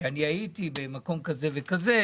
שאני הייתי במקום כזה וכזה,